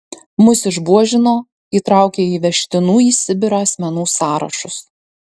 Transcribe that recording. mus išbuožino įtraukė į vežtinų į sibirą asmenų sąrašus